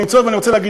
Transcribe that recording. הוא מנהיג חינוכי,